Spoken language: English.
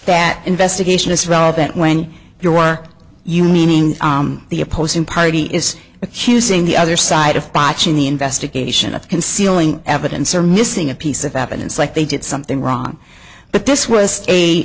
that investigation is relevant when you are you meaning the opposing party is accusing the other side of botching the investigation of concealing evidence or missing a piece of evidence like they did something wrong but this was a